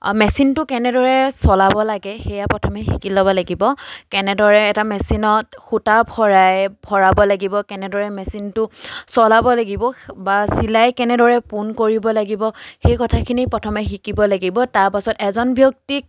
মেচিনটো কেনেদৰে চলাব লাগে সেয়া প্ৰথমে শিকি ল'ব লাগিব কেনেদৰে এটা মেচিনত সূতা ভৰাই ভৰাব লাগিব কেনেদৰে মেচিনটো চলাব লাগিব বা চিলাই কেনেদৰে পোন কৰিব লাগিব সেই কথাখিনি প্ৰথমে শিকিব লাগিব তাৰপাছত এজন ব্যক্তিক